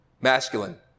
masculine